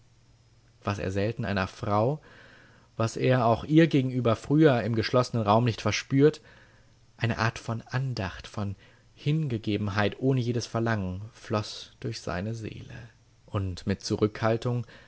was er selten einer frau was er auch ihr gegenüber früher im geschlossnen raum nicht verspürt eine art von andacht von hingegebenheit ohne jedes verlangen floß durch seine seele und mit zurückhaltung